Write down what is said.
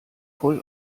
voll